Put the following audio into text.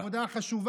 את העבודה החשובה.